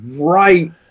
right